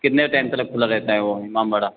कितने टाइम तक खुला रहता है वो इमामबाड़ा